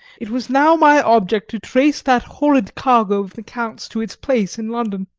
it was now my object to trace that horrid cargo of the count's to its place in london.